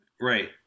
Right